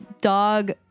dog